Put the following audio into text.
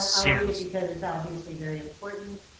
i'll read it because obviously very important.